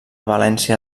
valència